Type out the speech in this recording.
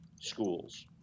schools